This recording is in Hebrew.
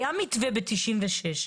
היה מתווה ב-1996,